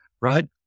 right